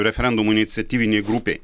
referendumo iniciatyvinėj grupėj